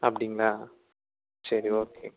அப்படிங்களா சரி ஓகே